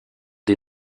des